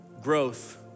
Growth